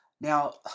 now